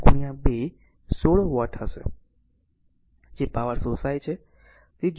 તેથી p2 8 2 16 watt હશે જે પાવર શોષાય છે